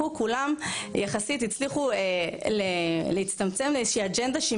כולם יחסית הצליחו להצטמצם לאיזושהי אג'נדה שהיא